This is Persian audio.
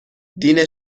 دین